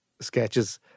sketches